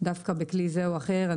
דווקא בכלי זה או אחר,